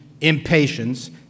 impatience